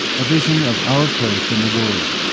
a vision of our place in the world.